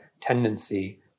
tendency